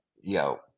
yo